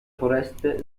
foreste